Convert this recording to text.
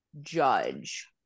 judge